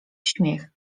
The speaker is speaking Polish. śmiech